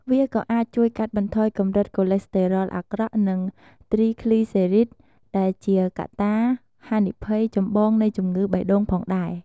វាក៏អាចជួយកាត់បន្ថយកម្រិតកូលេស្តេរ៉ុលអាក្រក់ និងទ្រីគ្លីសេរីត ដែលជាកត្តាហានិភ័យចម្បងនៃជំងឺបេះដូងផងដែរ។